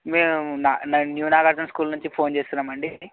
మేము న new Nagarjuna school నుంచి ఫోన్ చేస్తున్నాం అండి